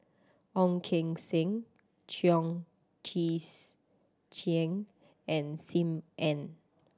Ong Keng Sen Chong Tze Chien and Sim Ann